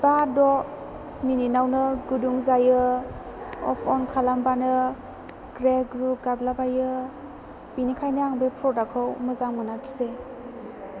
बा द' मिनिट आवनो गुदुं जायो अफ अन खालामब्लानो ग्रे ग्रु गाबलाबायो बेनिखायनो आं बे प्रडाक्ट खौ मोजां मोनाखिसै